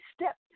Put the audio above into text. step